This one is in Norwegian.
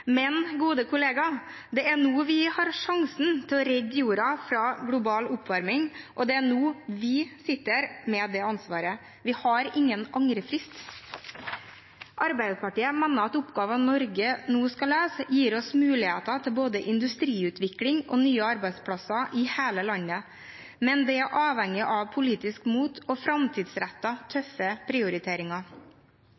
Men gode kollega, det er nå vi har sjansen til å redde jorda fra global oppvarming, og det er nå vi sitter med det ansvaret. Vi har ingen angrefrist. Arbeiderpartiet mener at oppgavene Norge nå skal løse, gir oss muligheter til både industriutvikling og nye arbeidsplasser i hele landet. Men det er avhengig av politisk mot og